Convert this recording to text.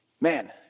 Man